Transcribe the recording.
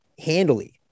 handily